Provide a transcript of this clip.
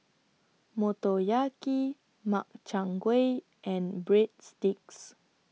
Motoyaki Makchang Gui and Breadsticks